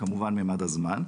וכמובן מימד הזמן,